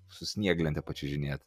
su snieglente pačiuožinėt